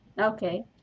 Okay